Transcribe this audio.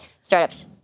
startups